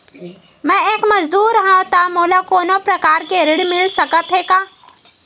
मैं एक मजदूर हंव त मोला कोनो प्रकार के ऋण मिल सकत हे का?